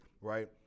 right